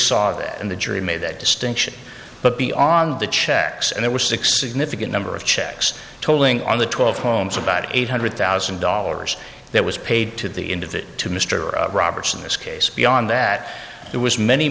saw that and the jury made that distinction but beyond the checks and there were six significant number of checks totaling on the twelve homes about eight hundred thousand dollars that was paid to the end of it to mr roberts in this case beyond that there was many